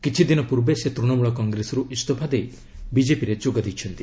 କିଛିଦିନ ପୂର୍ବେ ସେ ତୂଣମୂଳ କଂଗ୍ରେସରୁ ଇସ୍ତଫା ଦେଇ ବିଜେପିରେ ଯୋଗ ଦେଇଛନ୍ତି